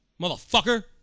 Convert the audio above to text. Motherfucker